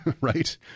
right